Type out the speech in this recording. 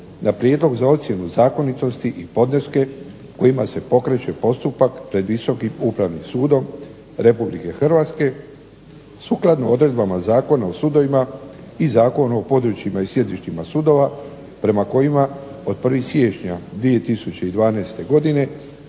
na prijedlog za ocjenu zakonitosti i podneske kojima se pokreće postupak pred Visokim upravnim sudom Republike Hrvatske sukladno odredbama Zakona o sudovima i Zakona o područjima i sjedištima sudova prema kojima od 1. siječnja 2012. godine